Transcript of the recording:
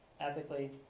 ethically